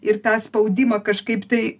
ir tą spaudimą kažkaip tai